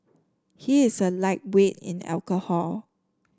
he is a lightweight in alcohol